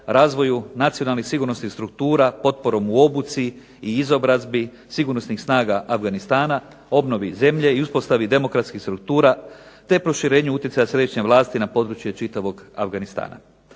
razvoju nacionalnih sigurnosnih struktura, potporom u obuci i izobrazbi sigurnosnih snaga Afganistana, obnovi zemlje i uspostavi demokratskih struktura te proširenju utjecaja središnje vlasti na područje čitavog Afganistana.